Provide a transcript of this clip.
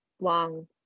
long